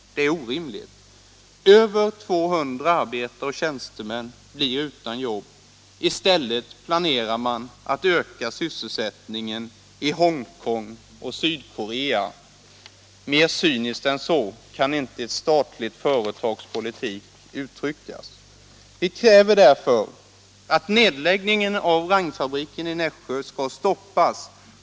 Det är orimligt. Över 200 arbetare och tjänstemän blir utan jobb. I stället planerar man att öka sysselsättningen i Hongkong och Sydkorea. Mer cyniskt än så kan inte ett statligt företags politik uttryckas. Vi kräver därför att nedläggningen av Rangfabriken i Nässjö skall stoppas.